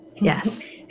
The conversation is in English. Yes